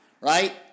right